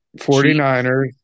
49ers